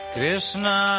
Krishna